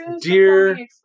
Dear